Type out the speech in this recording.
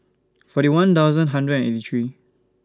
forty one thousand hundred and eighty three